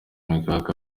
mechack